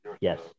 Yes